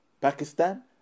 Pakistan